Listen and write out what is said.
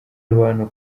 abantu